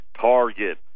Target